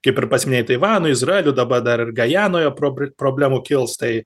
kaip ir pats minėjai taivanu izraeliu dabar dar ir gajanoje prob problemų kils tai